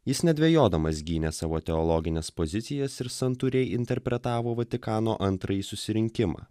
jis nedvejodamas gynė savo teologines pozicijas ir santūriai interpretavo vatikano antrąjį susirinkimą